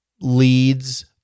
lead's